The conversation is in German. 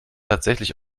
tatsächlich